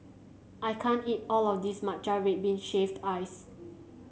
I can't eat all of this Matcha Red Bean Shaved Ice